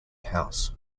house